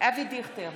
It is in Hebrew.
אבי דיכטר,